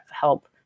help